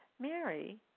Mary